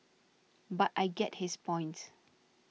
but I get his points